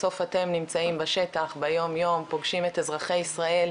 בסוף אתם נמצאים בשטח ביומיום פוגשים את אזרחי ישראל,